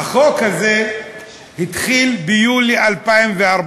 החוק הזה התחיל ביולי 2014,